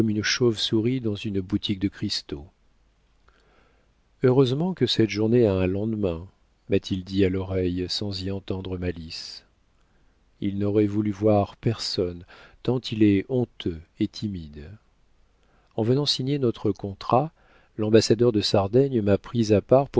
chauve-souris dans une boutique de cristaux heureusement que cette journée a un lendemain m'a-t-il dit à l'oreille sans y entendre malice il n'aurait voulu voir personne tant il est honteux et timide en venant signer notre contrat l'ambassadeur de sardaigne m'a prise à part